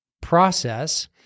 process